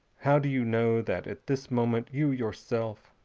how do you know that at this moment you yourself,